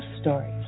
Stories